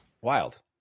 Wild